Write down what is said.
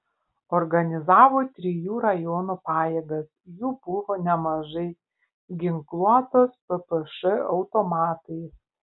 organizavo trijų rajonų pajėgas jų buvo nemažai ginkluotos ppš automatais